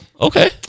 Okay